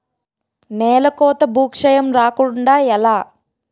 నేలకోత భూక్షయం రాకుండ ఎలా?